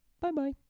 Bye-bye